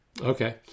Okay